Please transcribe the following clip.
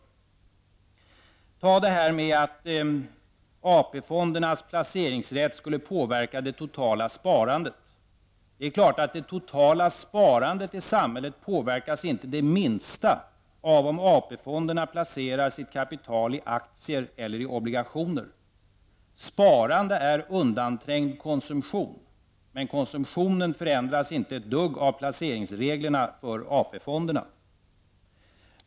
Det gäller t.ex. detta med att fondernas placeringsrätt skulle påverka det totala sparandet. Det är klart att det totala sparandet i samhället inte påverkas det minsta av om AP-fonderna placerar sitt kapital i aktier eller i obligationer. Sparande är undanträngd konsumtion. Men konsumtionen förändras inte ett dugg av placeringsreglerna för AP-fonderna.